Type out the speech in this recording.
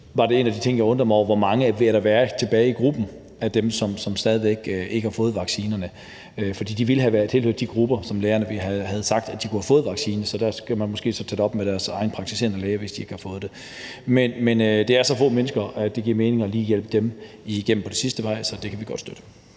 var det en af de ting, jeg undrede mig over: Hvor mange vil der være tilbage i gruppen af dem, som stadig væk ikke har fået vaccinen? De ville jo have tilhørt de grupper, som lægerne havde sagt kunne have fået vaccinen. Så der skal man måske tage det op med deres egen praktiserende læge, hvis de ikke har fået den. Men det er så få mennesker, at det giver mening lige at hjælpe dem igennem det sidste stykke vej, så det kan vi godt støtte.